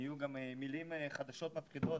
נהיו גם מילים חדשות מפחידות,